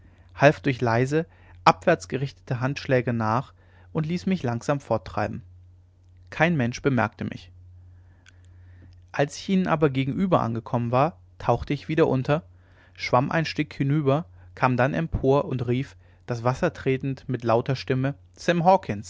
half durch leise abwärts gerichtete handschläge nach und ließ mich langsam forttreiben kein mensch bemerkte mich als ich ihnen aber gegenüber angekommen war tauchte ich wieder unter schwamm ein stück hinüber kam dann empor und rief das wasser tretend mit lauter stimme